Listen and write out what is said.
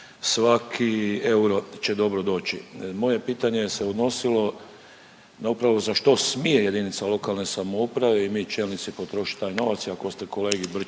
svaki euro će dobro doći. Moje pitanje se odnosilo na upravo za što smije jedinica lokalne samouprave i mi čelnici potrošiti taj novac. I ako ste kolegi Brčiću